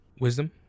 Wisdom